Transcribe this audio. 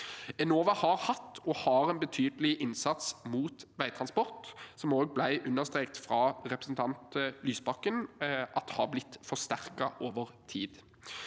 Enova har hatt og har en betydelig innsats mot veitransport, som det også ble understreket av representanten Lysbakken at har blitt forsterket over tid.